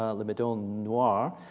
ah le modele noir,